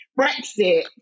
Brexit